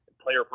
player